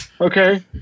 Okay